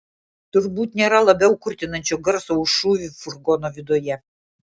turbūt nėra labiau kurtinančio garso už šūvį furgono viduje